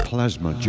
Plasma